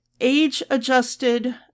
age-adjusted